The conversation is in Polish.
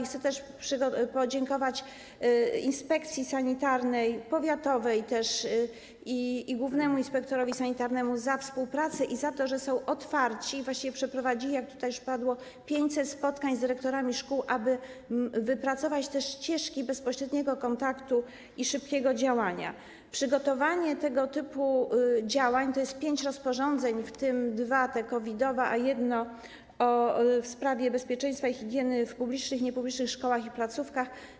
Chcę też podziękować inspekcji sanitarnej, też powiatowej, i głównemu inspektorowi sanitarnemu za współpracę i za to, że są otwarci i właściwie przeprowadzili, jak tutaj już padło, 500 spotkań z dyrektorami szkół, aby wypracować te ścieżki bezpośredniego kontaktu i szybkiego działania, przygotowanie tego typu działań, tj. pięć rozporządzeń, w tym dwa COVID-owe, a jedno w sprawie bezpieczeństwa i higieny w publicznych i niepublicznych szkołach i placówkach.